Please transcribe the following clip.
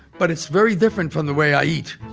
but it's very different from the way i eat,